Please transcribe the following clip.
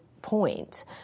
Point